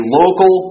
local